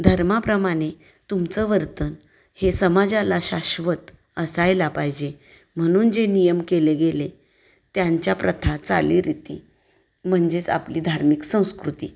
धर्माप्रमाणे तुमचं वर्तन हे समाजाला शाश्वत असायला पाहिजे म्हणून जे नियम केले गेले त्यांच्या प्रथा चालीरिती म्हणजेच आपली धार्मिक संस्कृती